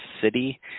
City